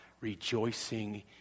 rejoicing